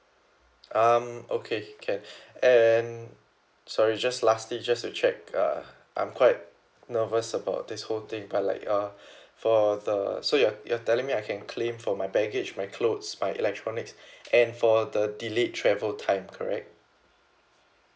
um okay can and sorry just lastly just to check uh I'm quite nervous about this whole thing but like uh for the so you are you are telling me I can claim for my baggage my clothes my electronics and for the delayed travel time correct